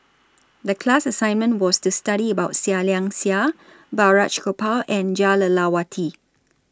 The class assignment was to study about Seah Liang Seah Balraj Gopal and Jah Lelawati